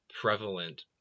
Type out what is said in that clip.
prevalent